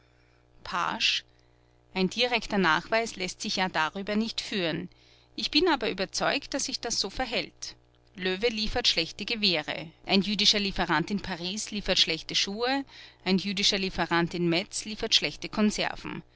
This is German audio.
paasch ein direkter nachweis läßt sich ja darüber nicht führen ich bin aber überzeugt daß sich das so verhält löwe liefert schlechte gewehre ein jüdischer lieferant in paris liefert schlechte schuhe ein jüdischer lieferant in metz liefert schlechte konserven